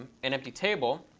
an empty table.